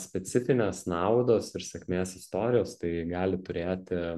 specifinės naudos ir sėkmės istorijos tai gali turėti